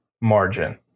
margin